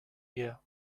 year